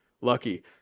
Lucky